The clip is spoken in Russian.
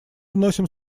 вносим